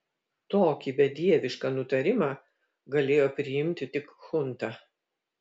tokį bedievišką nutarimą galėjo priimti tik chunta